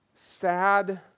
sad